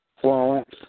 Florence